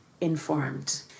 informed